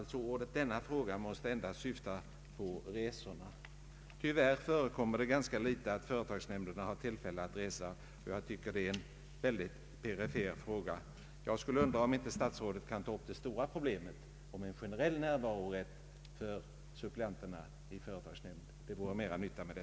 Uttrycket ”denna fråga” måste alltså syfta enbart på resorna. Tyvärr förekommer det ganska sällan att företagsnämnderna har tillfälle att resa, och jag tycker att det är en mycket perifer fråga. Jag undrar om inte statsrådet kunde ta upp det stora problemet om en generell närvarorätt för suppleanterna i företagsnämnd, Det vore mera nytta med det.